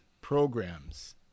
programs